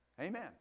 Amen